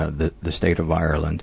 ah the, the state of ireland